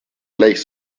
gleich